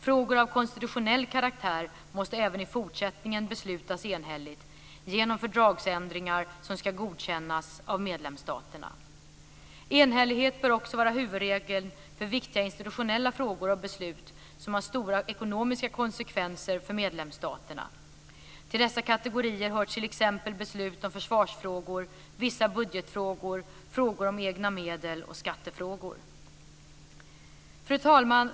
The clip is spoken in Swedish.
Frågor av konstitutionell karaktär måste även i fortsättningen beslutas enhälligt genom fördragsändringar som ska godkännas av medlemsstaterna. Enhällighet bör också vara huvudregel för viktiga institutionella frågor och beslut som har stora ekonomiska konsekvenser för medlemsstaterna. Till dessa kategorier hör t.ex. beslut om försvarsfrågor, vissa budgetfrågor, frågor om egna medel och skattefrågor. Fru talman!